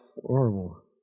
Horrible